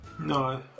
No